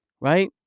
Right